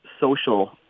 social